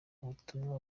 ubutumwa